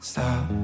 stop